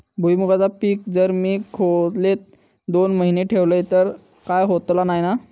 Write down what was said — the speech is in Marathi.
भुईमूगाचा पीक जर मी खोलेत दोन महिने ठेवलंय तर काय होतला नाय ना?